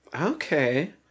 Okay